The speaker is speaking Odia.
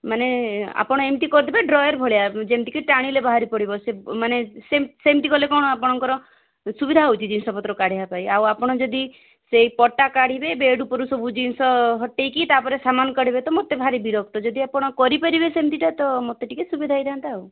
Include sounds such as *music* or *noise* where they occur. ମାନେ ଆପଣ ଏମିତି କରିଦେବେ ଡ୍ରୟର୍ ଭଳିଆ ଯେମିତିକି ଟାଣିଲେ ବାହାରି ପଡ଼ିବ *unintelligible* ମାନେ ସେମିତି କଲେ କଣ ଆପଣଙ୍କର ସୁବିଧା ହେଉଛି ଜିନିଷପତ୍ର କାଢ଼ିବା ପାଇଁ ଆଉ ଆପଣ ଯଦି ସେଇ ପଟା କାଢ଼ିବେ ବେଡ଼୍ ଉପରେ ସବୁ ଜିନିଷ ହଟେଇକି ତାପରେ ସାମାନ କାଢ଼ିବେ ତ ମୋତେ ଭାରି ବିରକ୍ତ ଯଦି ଆପଣ କରିପାରିବେ ସେମିତି ଟା ତ ମୋତେ ଟିକେ ସୁବିଧା ହୋଇଥାନ୍ତା ଆଉ